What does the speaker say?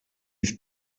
yüz